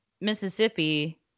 Mississippi